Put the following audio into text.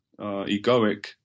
egoic